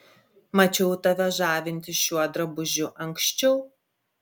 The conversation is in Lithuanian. mačiau tave žavintis šiuo drabužiu anksčiau